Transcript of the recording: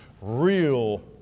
real